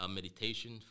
meditation